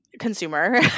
consumer